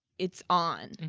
it's on.